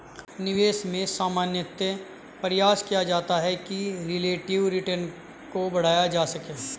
निवेश में सामान्यतया प्रयास किया जाता है कि रिलेटिव रिटर्न को बढ़ाया जा सके